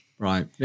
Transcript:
Right